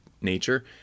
nature